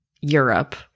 Europe